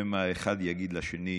שמא האחד יגיד לשני